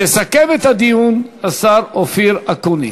יסכם את הדיון השר אופיר אקוניס.